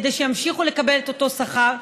כדי שימשיכו לקבל את אותו שכר,